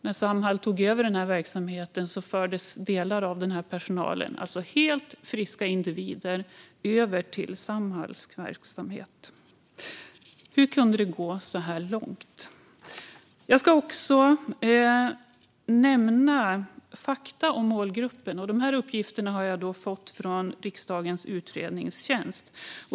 När Samhall tog över verksamheten fördes delar av personalen - helt friska individer - över till Samhalls verksamhet. Hur kunde det gå så långt? Jag ska också nämna fakta om målgruppen. Dessa uppgifter har jag fått från riksdagens utredningstjänst.